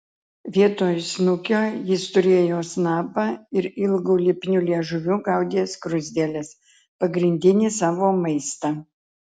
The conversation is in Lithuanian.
vietoj snukio jis turėjo snapą ir ilgu lipniu liežuviu gaudė skruzdėles pagrindinį savo maistą